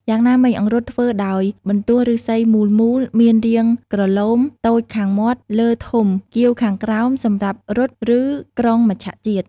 យ៉ាងណាមិញ អង្រុតធ្វើដោយបន្លោះឫស្សីមូលៗ មានរាងក្រឡូម តូចខាងមាត់លើធំគាយខាងក្រោម សម្រាប់រុត ឬក្រុងមច្ឆជាតិ។